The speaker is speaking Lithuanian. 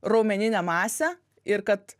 raumeninę masę ir kad